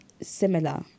similar